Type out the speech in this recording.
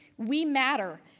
we matter.